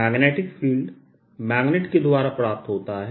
magnetic field magnet के द्वारा प्राप्त होता है